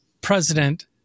president